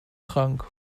trank